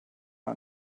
man